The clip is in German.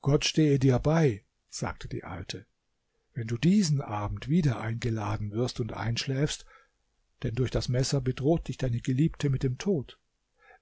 gott stehe dir bei sagte die alte wenn du diesen abend wieder eingeladen wirst und einschläfst denn durch das messer bedroht dich deine geliebte mit dem tod